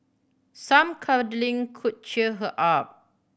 some cuddling could cheer her up